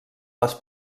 les